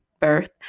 birth